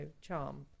charm